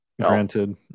granted